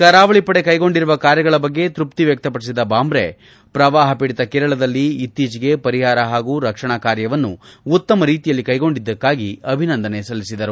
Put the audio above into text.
ಕರಾವಳಿ ಪಡೆ ಕೈಗೊಂಡಿರುವ ಕಾರ್ಯಗಳ ಬಗ್ಗೆ ತೃಪ್ತಿ ವ್ಯಕ್ತಪಡಿಸಿದ ಬಾಂದ್ರೆ ಪ್ರವಾಹ ಪೀಡಿತ ಕೇರಳದಲ್ಲಿ ಇತ್ತೀಚೆಗೆ ಪರಿಹಾರ ಹಾಗೂ ರಕ್ಷಣಾ ಕಾರ್ಯವನ್ನು ಉತ್ತಮ ರೀತಿಯಲ್ಲಿ ಕೈಗೊಂಡಿದ್ದಕ್ಕಾಗಿ ಅಭಿನಂದನೆ ಸಲ್ಲಿಸಿದರು